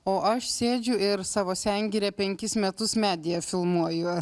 o aš sėdžiu ir savo sengirę penkis metus media filmuoju